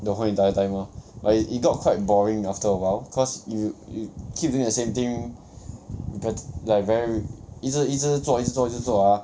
the whole entire time lor it got quite boring after awhile cause you you keep doing the same thing then like very 一直一直做一直做一直做 ah